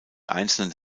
einzelnen